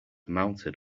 mounted